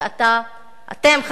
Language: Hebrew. ואתם,